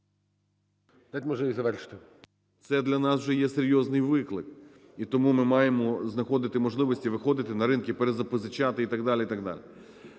то це вже є серйозний виклик. І тому ми маємо знаходити можливості виходити на ринки, перепозичати і так далі,